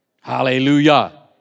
Hallelujah